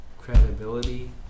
credibility